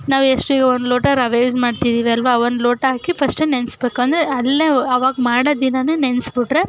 ನಾವು ಎಷ್ಟು ಈಗ ಒಂದು ಲೋಟ ರವೆ ಯೂಸ್ ಮಾಡ್ತಿದ್ದೀವಲ್ವ ಒಂದು ಲೋಟ ಹಾಕಿ ಫಸ್ಟು ನೆನೆಸ್ಬೇಕು ಅಂದರೆ ಅಲ್ಲಿಯೇ ಆವಾಗ ಮಾಡೋ ದಿನವೇ ನೆನೆಸ್ಬಿಟ್ರೆ